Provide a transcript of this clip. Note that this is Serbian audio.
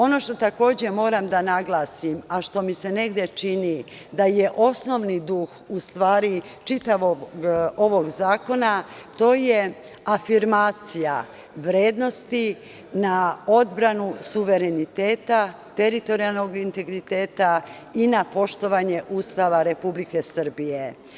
Ono što takođe moram da naglasim, a što mi se negde čini da je osnovni duh u stvari čitavog ovog zakona, to je afirmacija vrednosti na odbranu suvereniteta, teritorijalnog integriteta i na poštovanje Ustava Republike Srbije.